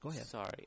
sorry